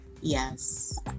Yes